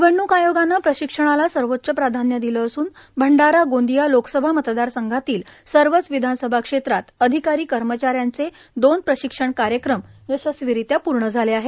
निवडणूक आयोगाने प्रशिक्षणाला सर्वोच्च प्राधान्य दिले असून भंडारा गोंदिया लोकसभा मतदार संघातील सर्वच विधानसभा क्षेत्रात अधिकारी कर्मचाऱ्यांचे दोन प्रशिक्षण यशस्वीरित्यापूर्ण झाले आहेत